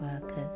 workers